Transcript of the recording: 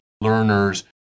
learners